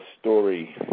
story